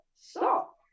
stop